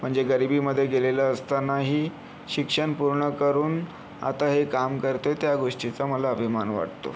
म्हणजे गरिबीमध्ये गेलेलं असतानाही शिक्षण पूर्ण करून आता हे काम करतो आहे त्या गोष्टीचा मला अभिमान वाटतो